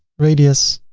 radius,